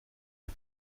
les